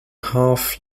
half